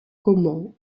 caumont